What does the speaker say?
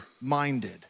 minded